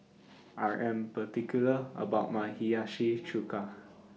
I Am particular about My Hiyashi Chuka